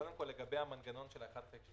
קודם כול, לגבי המנגנון של 1/12